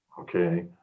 Okay